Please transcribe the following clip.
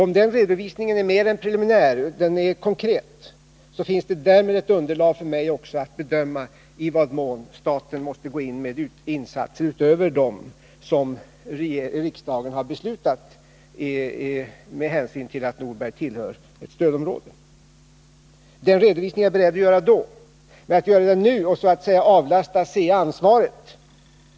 Om den redovisningen är mer än preliminär, om den är konkret, finns det därmed också underlag för mig att bedöma i vad mån staten måste gå in med insatser utöver dem som riksdagen har beslutat med hänsyn till att Norberg är en stödområdesort. Då är jag beredd att lämna en redovisning. Men jag är inte beredd att göra det nu och så att säga avlasta ASEA ansvaret.